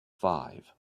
five